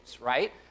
right